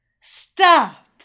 Stop